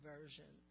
Version